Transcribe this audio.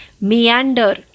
meander